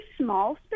small